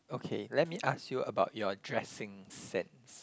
okay let me ask you about your dressing sense